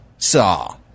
Saw